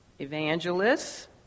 Evangelists